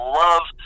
love